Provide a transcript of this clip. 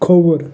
کھووُر